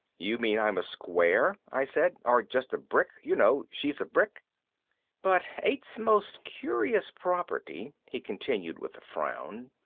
you mean i'm a square? i said. or just a brick? you know, she's a brick but eight's most curious property, he continued with a frown,